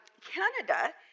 Canada